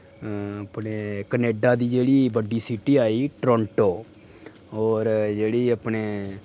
अपने कनाडा दी जेह्ड़ी बड्डी सिटी आई ट्रोंटो होर जेह्ड़ी अपने